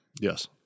Yes